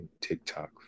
TikTok